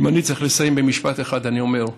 אם אני צריך לסיים במשפט אחד, אני אומר: